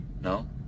No